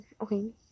okay